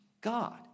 God